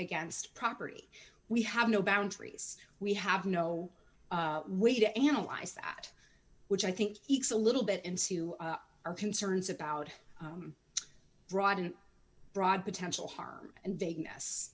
against property we have no boundaries we have no way to analyze that which i think it's a little bit into our concerns about broad in broad potential harm and big mess